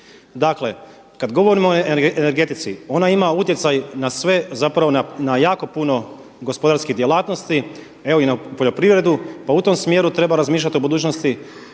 Dakle kada govorimo o energetici, ona ima utjecaj na sve zapravo na jako puno gospodarskih djelatnosti, evo i na poljoprivredu pa u tom smjeru treba razmišljati u budućnosti